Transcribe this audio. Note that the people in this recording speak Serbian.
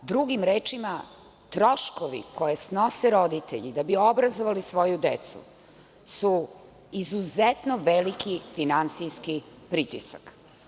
Drugim rečima, troškovi koje snose roditelji, da bi obrazovali svoju decu su izuzetno veliki finansijski pritisak.